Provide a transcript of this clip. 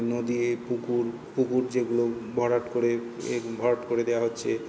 নদী পুকুর পুকুর যেগুলো ভরাট করে এর ভরাট করে দেওয়া হচ্ছে